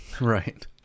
Right